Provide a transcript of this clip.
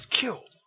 killed